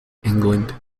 england